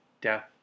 death